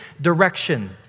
direction